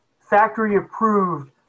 factory-approved